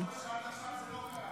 שעד עכשיו זה לא קרה.